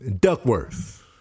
Duckworth